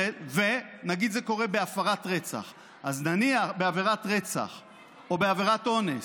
נגיד שזה קורה בעבירת רצח או בעבירת אונס,